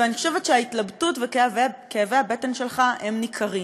ואני חושבת שההתלבטות וכאבי הבטן שלך הם ניכרים.